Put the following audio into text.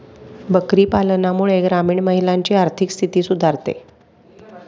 बकरी पालनामुळे ग्रामीण महिलांची आर्थिक स्थिती सुधारते